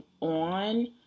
on